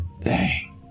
Bang